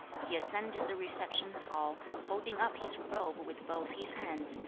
he ascended the reception hall, holding up his robe with both his hands,